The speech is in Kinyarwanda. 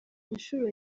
inshuro